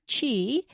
chi